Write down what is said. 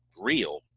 real